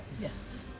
Yes